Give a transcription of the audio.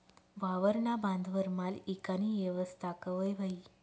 वावरना बांधवर माल ईकानी येवस्था कवय व्हयी?